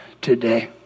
today